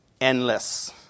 endless